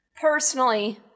Personally